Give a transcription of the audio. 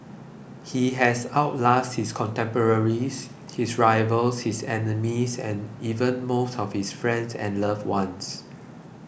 he has out lasted his contemporaries his rivals his enemies and even most of his friends and loved ones